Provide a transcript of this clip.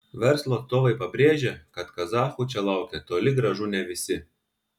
verslo atstovai pabrėžia kad kazachų čia laukia toli gražu ne visi